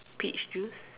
peach juice